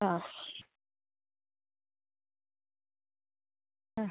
ആ ആ